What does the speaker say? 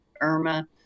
Irma